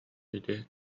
ити